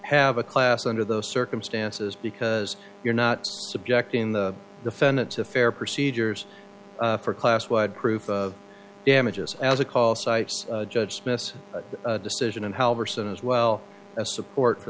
have a class under those circumstances because you're not subjecting the defendant to fair procedures for class wide proof damages as a call sites judge smith's decision and however soon as well as support for